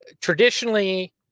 traditionally